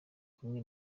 kumwe